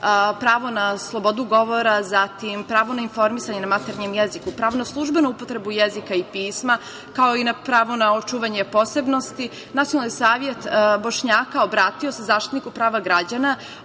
pravo na slobodu govora, zatim pravo na informisanje na maternjem jeziku, pravo na službenu upotrebu jezika i pisma, kao i na pravo na očuvanje posebnosti. Nacionalni savet Bošnjaka obratio se zaštitniku prava građana